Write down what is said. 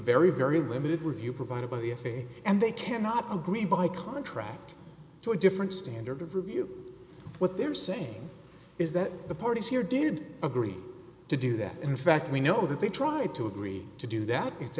very very limited review provided by the f a a and they cannot agree by contract to a different standard of review what they're saying is that the parties here did agree to do that in fact we know that they tried to agree to do that it's